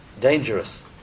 dangerous